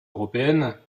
européennes